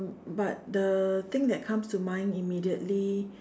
but the thing that comes to mind immediately